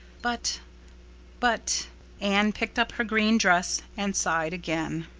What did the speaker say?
but but anne picked up her green dress and sighed again.